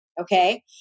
Okay